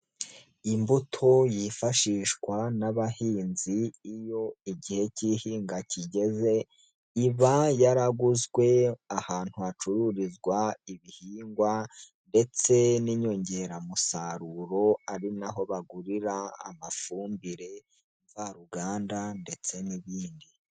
Imbuto yifashishwa n'abahinzi iyo igihe k'ihinga kigeze, iba yaraguzwe ahantu hacururizwa ibihingwa ndetse n'inyongeramusaruro, ari na ho bagurira amafumbire mvaruganda ndetse n'ibindi.